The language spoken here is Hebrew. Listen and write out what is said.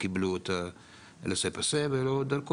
קיבלו את הלסה-פסה (תעודת מעבר) ולא דרכון,